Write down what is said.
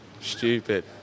Stupid